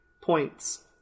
Points